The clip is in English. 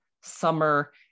summer